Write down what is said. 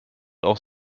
auch